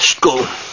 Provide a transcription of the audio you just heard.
go